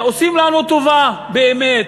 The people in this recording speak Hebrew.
עושים לנו טובה, באמת,